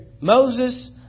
Moses